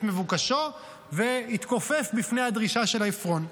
מבוקשו והתכופף בפני הדרישה של עפרון.